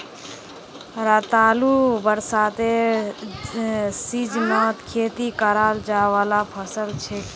रतालू बरसातेर सीजनत खेती कराल जाने वाला फसल छिके